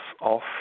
off